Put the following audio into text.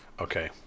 Okay